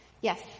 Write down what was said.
Yes